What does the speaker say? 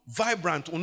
vibrant